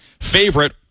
favorite